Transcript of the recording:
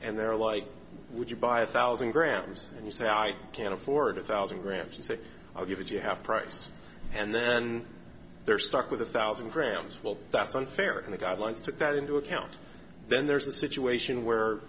and they're like would you buy a thousand grams and you say i can't afford a thousand grams and say i'll give it you have price and then they're stuck with a thousand grams well that's unfair in the guidelines took that into account then there's a situation where